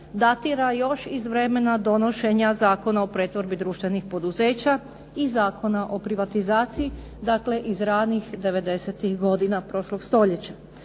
datira još iz vremena donošenja Zakona o pretvorbi društvenih poduzeća i Zakona o privatizaciji, dakle iz ranih devedesetih godina prošlog stoljeća.